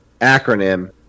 acronym